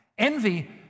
Envy